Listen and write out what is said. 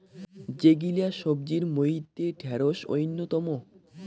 যেগিলা সবজির মইধ্যে ঢেড়স অইন্যতম